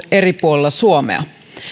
eri puolilla suomea